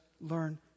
learn